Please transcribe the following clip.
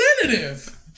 representative